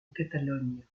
catalogne